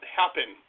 happen